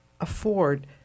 afford